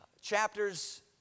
chapters